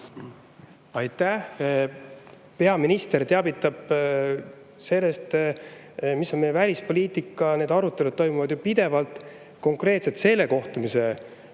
Aitäh! Peaminister teavitab sellest, mis on meie välispoliitika. Need arutelud toimuvad pidevalt. Konkreetselt selle kohtumise